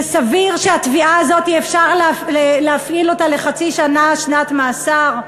זה סביר שהתביעה הזאת אפשר להפעיל אותה לחצי שנת מאסר?